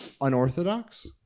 unorthodox